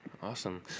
Awesome